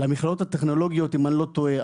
למכללות הטכנולוגיות אם אני לא טועה,